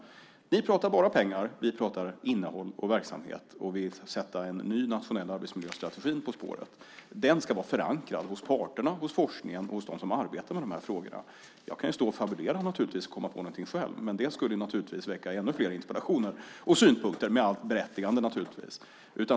Ni pratar bara pengar, vi pratar innehåll och verksamhet och vill sätta en ny nationell arbetsmiljöstrategi på spåret. Den ska vara förankrad hos parterna, forskningen och hos dem som arbetar med de här frågorna. Jag kan fabulera naturligtvis och komma på någonting själv, men det skulle naturligtvis leda till ännu fler interpellationer och synpunkter, med allt berättigande naturligtvis.